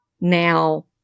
now